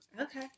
Okay